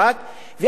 ואחר כך היום,